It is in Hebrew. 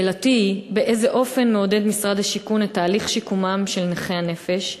שאלתי היא: באיזה אופן מעודד משרד השיכון את תהליך שיקומם של נכי הנפש,